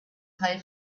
pay